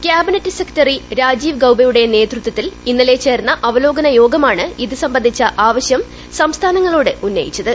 cabinet secretary Rajiv ഗൌബയുടെ നേതൃത്വത്തിൽ ഇന്നലെ ചേർന്ന അവലോകന യോഗമാണ് ഇത് സംബന്ധിച്ച ആവശ്യം സംസ്ഥാനങ്ങളോട് ഉന്നയിച്ചത്